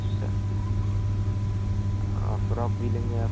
अच्छा ठीक हाँ और फ्रॉक भी लेंगे आप